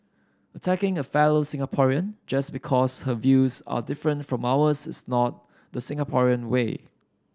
attacking a fellow Singaporean just because her views are different from ours is not the Singaporean way